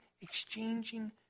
exchanging